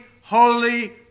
holy